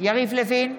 יריב לוין,